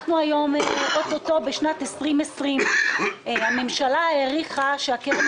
אנחנו מתקרבים לשנת 2020. הממשלה העריכה שהקרן